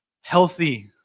healthy